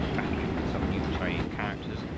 battling with some new chinese characters,